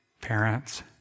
Parents